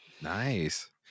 Nice